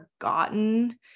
forgotten